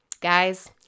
guys